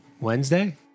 Wednesday